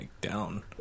down